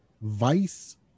Vice